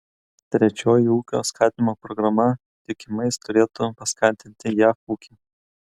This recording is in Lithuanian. trečioji ūkio skatinimo programa tikimais turėtų paskatinti jav ūkį